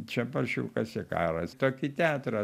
čia paršiukas ikaras tokį teatrą